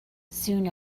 soon